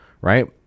right